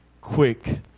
quick